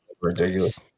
Ridiculous